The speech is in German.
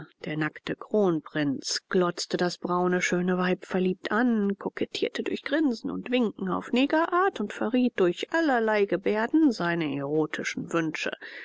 der nackte kronprinz glotzte das braune schöne weib verliebt an kokettierte durch grinsen und winken auf negerart und verriet durch allerlei gebärden seine erotischen wünsche